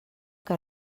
que